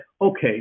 okay